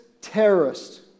terrorist